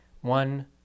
One